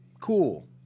cool